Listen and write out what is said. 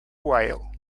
while